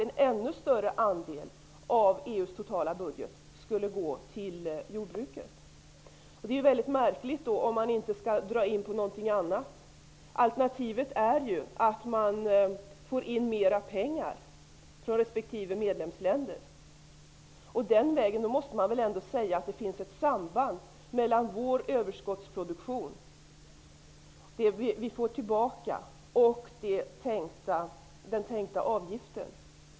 Då skulle alltså en ännu större andel gå till jordbruket. I så fall måste man dra in på någonting annat. Alternativet är att man får in mera pengar från medlemsländerna. Då måste man väl ändå säga att det finns ett samband mellan vår överskottsproduktion -- det vi får tillbaka -- och den tänkta avgiften.